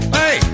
hey